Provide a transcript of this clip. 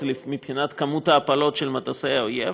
מבחינת כמות ההפלות של מטוסי האויב.